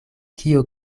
kio